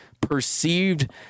perceived